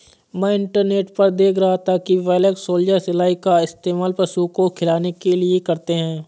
मैं इंटरनेट पर देख रहा था कि ब्लैक सोल्जर सिलाई का इस्तेमाल पशुओं को खिलाने के लिए करते हैं